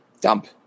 Dump